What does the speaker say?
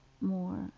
More